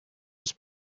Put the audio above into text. was